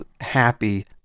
happy